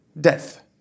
death